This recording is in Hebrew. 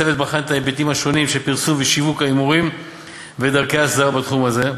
הצוות בחן את ההיבטים של פרסום ושיווק ההימורים ודרכי ההסדרה בתחום הזה.